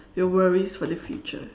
your worries for the future